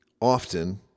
often